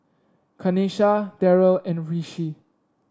Kanesha Darryl and Rishi